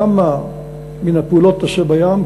כמה מן הפעולות תעשה בים,